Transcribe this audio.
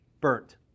burnt